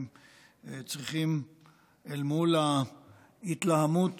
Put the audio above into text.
אל מול ההתלהמות